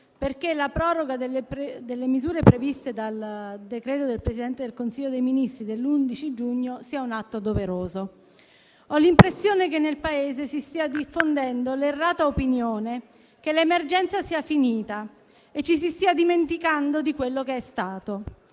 perché la proroga delle misure previste dal decreto del Presidente del Consiglio dei ministri dell'11 giugno sia un atto doveroso. Ho l'impressione che nel Paese si stia diffondendo l'errata opinione che l'emergenza sia finita e ci si stia dimenticando di quello che è stato.